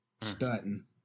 stunting